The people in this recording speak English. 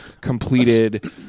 completed